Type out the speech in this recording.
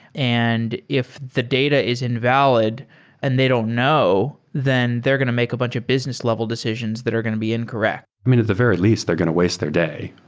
and if the data is invalid and they don't know, then they're going to make a bunch of business level decisions that are going to be incorrect. i mean, at the very least, they're going to waste their day,